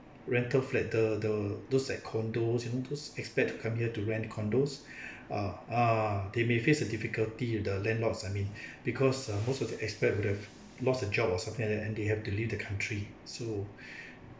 rental flatter the those like condos you know those expats who come here to rent the condos uh ah they may face a difficulty the landlords I mean because uh most of the expats would have lost the jobs or something like that and they have to leave the country so